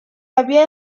havia